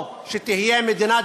או שתהיה מדינה דמוקרטית,